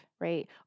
right